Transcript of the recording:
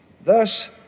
Thus